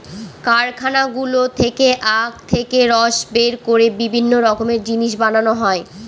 কারখানাগুলো থেকে আখ থেকে রস বের করে বিভিন্ন রকমের জিনিস বানানো হয়